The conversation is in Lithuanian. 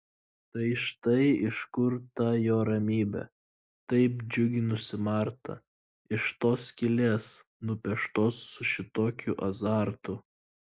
tai štai iš kur ta jo ramybė taip džiuginusi martą iš tos skylės nupieštos su šitokiu azartu